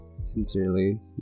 sincerely